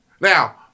Now